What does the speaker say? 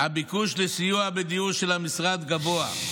הביקוש לסיוע של המשרד בדיור הוא גבוה,